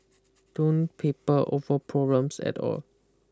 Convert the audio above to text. don't paper over problems at all